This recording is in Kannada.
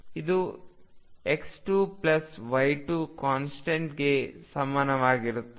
ಇದು X2 Y2 ಕಾನ್ಸ್ಟೆಂಟ್ಗೆ ಸಮನಾಗಿರುತ್ತದೆ